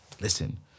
listen